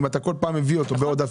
אם אתה כל פעם מביא אותו בעודפים,